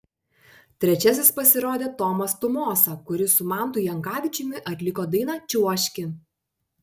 trečiasis pasirodė tomas tumosa kuris su mantu jankavičiumi atliko dainą čiuožki